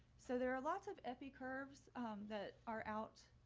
so there are lots of epi curves that are out,